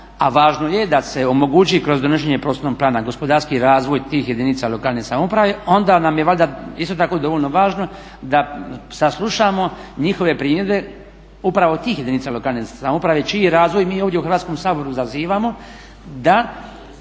a važno je da se omogući kroz donošenje prostornog plana gospodarski razvoj tih jedinica lokalne samouprave onda nam je valjda isto tako dovoljno važno da saslušamo njihove primjedbe upravo tih jedinica lokalne samouprave čiji razvoj mi ovdje u Hrvatskom saboru zazivamo da